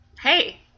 Hey